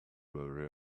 worry